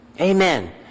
Amen